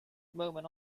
moment